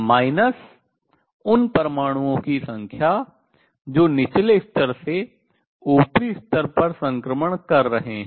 minus उन परमाणुओं की संख्या जो निचले स्तर से ऊपरी स्तर पर संक्रमण कर रहे हैं